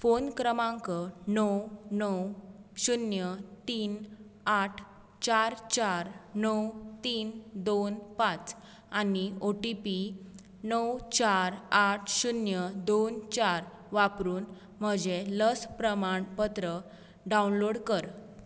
phone क्रमांक णव णव शुन्य तीन आठ चार चार णव तीन दोन पांच आनी ओ टी पी णव चार आठ शुन्य दोन चार वापरून म्हजें लस प्रमाण पत्र डावनलोड कर